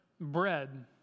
bread